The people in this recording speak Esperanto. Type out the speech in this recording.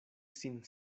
sin